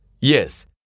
Yes